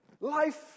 Life